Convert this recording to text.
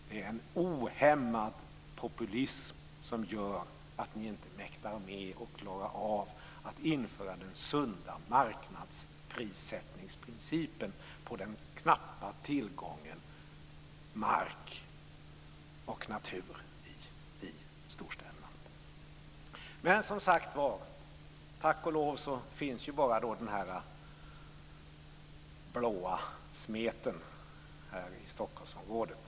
Det är en ohämmad populism som gör att ni inte mäktar med och klarar av att införa den sunda marknadsprissättningsprincipen på den knappa tillgången på mark och natur i storstäderna. Men som sagt var: Tack och lov finns bara den här blå smeten här i Stockholmsområdet.